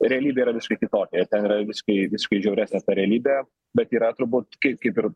realybė yra viškai kitokia ir ten yra visiškai visiškai žiauresnė ta realybė bet yra turbūt kai kaip ir